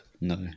no